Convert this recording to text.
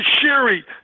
Sherry